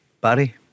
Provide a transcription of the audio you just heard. Barry